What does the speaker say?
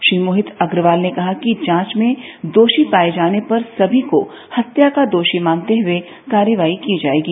श्री मोहित अग्रवाल ने कहा कि जांच में दोषी पाए जाने पर सभी को हत्या का दोषी मानते हुए कार्रवाई की जाएगी